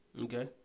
Okay